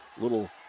little